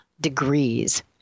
degrees